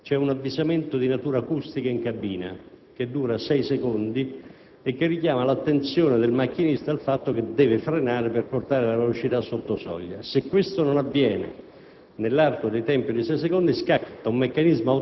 se la stessa in quel momento è superiore, c'è un avvisamento di natura acustica in cabina che dura sei secondi e che richiama l'attenzione del macchinista al fatto che deve frenare per portare la velocità sotto soglia. Se questo non avviene